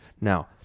now